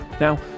Now